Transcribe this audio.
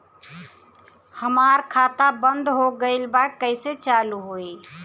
हमार खाता बंद हो गइल बा कइसे चालू होई?